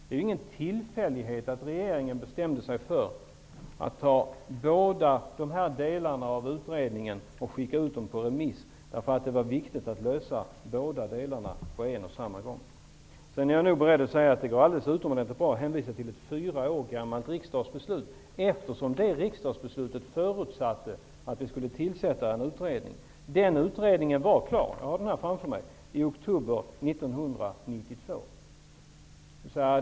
Det är ingen tillfällighet att regeringen bestämde sig för att skicka ut båda delarna av utredningen på remiss. Det var viktigt att lösa problemen i båda delarna på samma gång. Det går alldeles utomordentligt bra att hänvisa till ett fyra år gammalt riksdagsbeslut, eftersom det riksdagsbeslutet förutsatte att det skulle tillsättas en utredning. Den utredningen var klar -- jag har den framför mig -- i oktober 1992.